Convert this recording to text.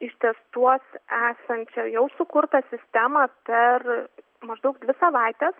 ištestuos esančią jau sukurtą sistemą per maždaug dvi savaites